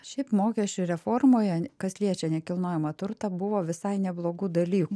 šiaip mokesčių reformoje kas liečia nekilnojamą turtą buvo visai neblogų dalykų